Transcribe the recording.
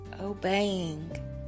obeying